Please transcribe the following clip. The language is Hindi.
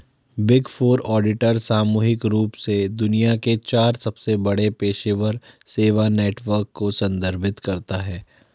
बिग फोर ऑडिटर सामूहिक रूप से दुनिया के चार सबसे बड़े पेशेवर सेवा नेटवर्क को संदर्भित करता है